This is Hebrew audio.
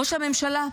ראש הממשלה,